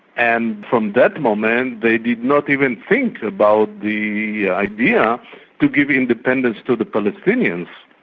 and from that moment, they did not even think about the yeah idea to give independence to the palestinians.